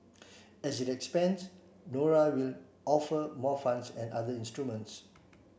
as it expands Nora will offer more funds and other instruments